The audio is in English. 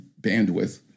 bandwidth